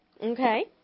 okay